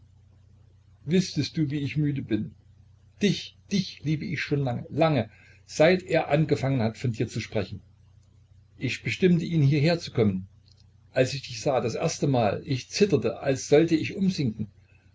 wüßtest du wie ich müde bin dich dich liebe ich schon lange lange seit er angefangen hat von dir zu sprechen ich bestimmte ihn hierherzukommen als ich dich sah das erste mal ich zitterte als sollte ich umsinken